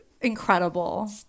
incredible